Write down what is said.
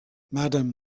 madam